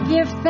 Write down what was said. Give